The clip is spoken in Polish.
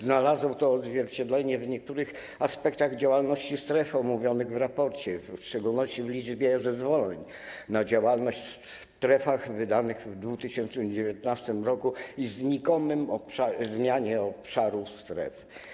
Znalazło to odzwierciedlenie w niektórych aspektach dotyczących działalności stref omówionych w raporcie, w szczególności w liczbie zezwoleń na działalność w strefach wydanych w 2019 r. i znikomej zmianie obszaru stref.